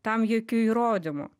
tam jokių įrodymų